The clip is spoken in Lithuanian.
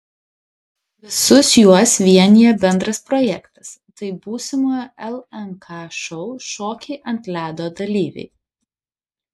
visus juos vienija bendras projektas tai būsimojo lnk šou šokiai ant ledo dalyviai